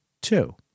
two